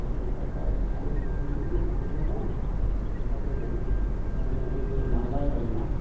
এতিয়াতো আৰু পানীৰ ছেফ দিছে পানীটো কম এতিয়াতো বহুতটা মানে সেই মাৰিবই পাৰি মাছ